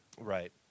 right